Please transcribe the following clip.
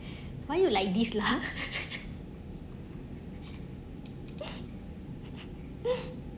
why you like this lah